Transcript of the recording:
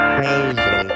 Crazy